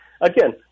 again